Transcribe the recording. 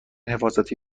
حفاظتی